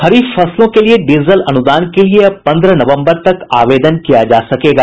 खरीफ फसलों के लिए डीजल अनुदान के लिए अब पन्द्रह नवम्बर तक आवेदन किया जा सकेगा